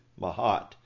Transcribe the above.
Mahat